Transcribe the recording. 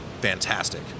fantastic